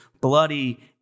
bloody